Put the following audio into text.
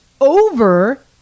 over